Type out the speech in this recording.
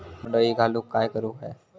बोंड अळी घालवूक काय करू व्हया?